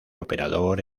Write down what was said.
operador